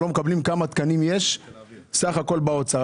נקבל תשובה כמה תקנים יש בסך הכול באוצר.